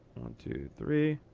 two, three.